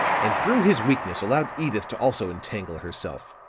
and through his weakness allowed edyth to also entangle herself.